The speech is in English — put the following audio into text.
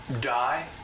die